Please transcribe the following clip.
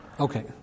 Okay